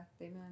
amen